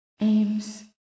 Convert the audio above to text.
aims